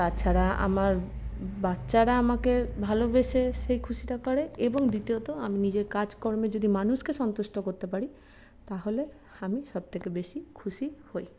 তাছাড়া আমার বাচ্চারা আমাকে ভালোবেসে সেই খুশিটা করে এবং দ্বিতীয়ত আমি নিজের কাজকর্মে যদি মানুষকে সন্তুষ্ট করতে পারি তাহলে আমি সব থেকে বেশি খুশি হয়